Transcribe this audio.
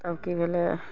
तब की भेलय